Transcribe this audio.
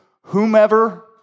whomever